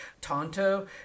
tonto